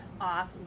off